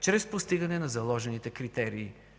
чрез постигане на заложените критерии